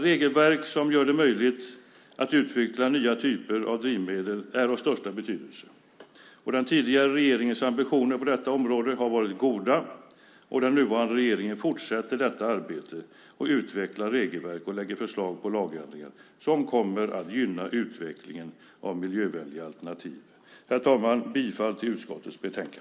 Regelverk som gör det möjligt att utveckla nya typer av drivmedel är av största betydelse. Den tidigare regeringens ambitioner på detta område har varit goda, och den nuvarande regeringen fortsätter detta arbete och utvecklar regelverket och lägger fram förslag på lagändringar som kommer att gynna utvecklingen av miljövänliga alternativ. Herr talman! Jag yrkar på godkännande av utskottets anmälan.